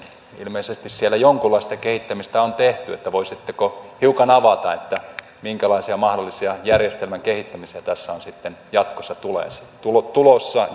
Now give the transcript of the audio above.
ilmeisesti siellä jonkunlaista kehittämistä on tehty voisitteko hiukan avata minkälaisia mahdollisia järjestelmän kehittämisiä tässä on sitten jatkossa tulossa